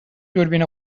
دوربین